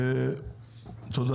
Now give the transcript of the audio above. תודה, סיימתי.